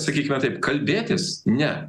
sakykime taip kalbėtis ne